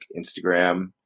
Instagram